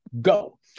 go